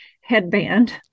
headband